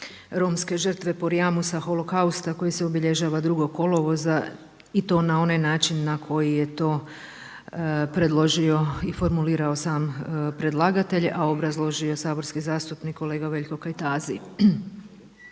romske žrtve Porajmosa, Holokausta koji se obilježava 2. kolovoza i to na onaj način na koji je to predložio i formulirao sam predlagatelj, a obrazložio saborski zastupnik kolega Veljko Kajtazi.